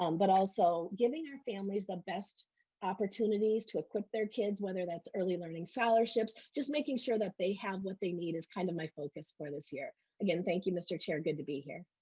um but also giving families the best opportunities to acquit their kids whether that's early learning scholarships just making sure that they have what they need is kind of my focus for this year again. thank you mister chair, good to be here.